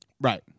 Right